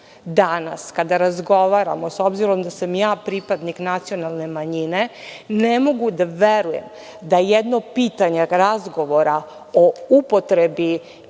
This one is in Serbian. danas kada razgovaramo, s obzirom da sam ja pripadnik nacionalne manjine, ne mogu da verujem da jedno pitanje razgovora o upotrebi